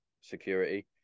security